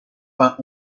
vingt